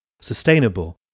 sustainable